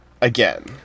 again